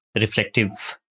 reflective